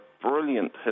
brilliant